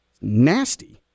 Nasty